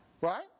Right